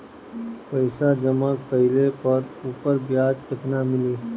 पइसा जमा कइले पर ऊपर ब्याज केतना मिली?